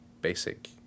basic